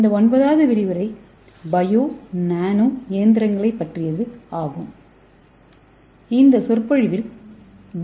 இந்த 9 வது விரிவுரை பயோ நானோ இயந்திரங்கள் பற்றியது ஆகும் இந்த சொற்பொழிவில் டி